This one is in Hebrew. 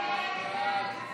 הסתייגות 40 לא נתקבלה.